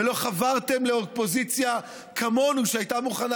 לא חברתם לאופוזיציה כמונו שהייתה מוכנה